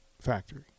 factory